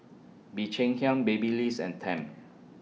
Bee Cheng Hiang Babyliss and Tempt